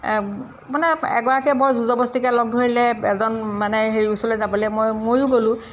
মানে এগৰাকীয়ে বৰ জোৰজবস্তিকে লগ ধৰিলে এজন মানে হেৰি ওচৰলৈ যাবলৈ মই ময়ো গ'লো